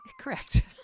Correct